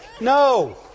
No